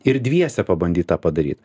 ir dviese pabandyt tą padaryt